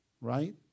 right